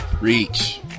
Reach